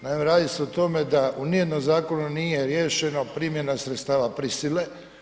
Naime, radi se o tome da u niti jednom zakonu nije riješeno primjena sredstava prisile.